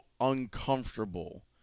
uncomfortable